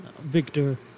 victor